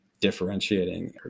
differentiating